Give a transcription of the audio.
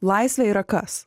laisvė yra kas